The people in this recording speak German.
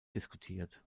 diskutiert